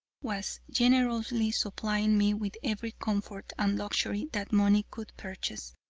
was generously supplying me with every comfort and luxury that money could purchase,